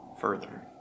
further